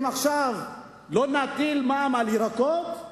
אם עכשיו לא נטיל מע"מ על ירקות,